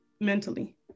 mentally